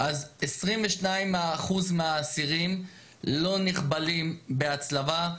22% מהאסירים לא נכבלים בהצלבה.